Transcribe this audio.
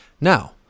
Now